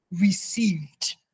received